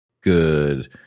good